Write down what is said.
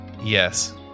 yes